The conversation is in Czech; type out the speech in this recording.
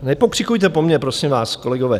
Nepokřikujte po mně, prosím vás, kolegové.